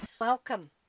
Welcome